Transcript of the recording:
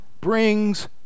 brings